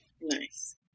Nice